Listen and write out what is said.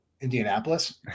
Indianapolis